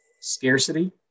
Scarcity